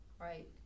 right